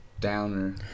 downer